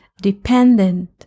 dependent